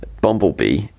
Bumblebee